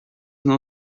não